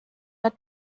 der